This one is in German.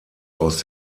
aus